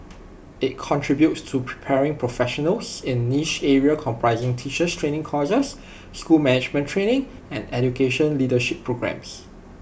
IT contributes to preparing professionals in niche areas comprising teacher training courses school management training and education leadership programmes